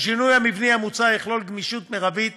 השינוי המבני המוצע יכלול גמישות מרבית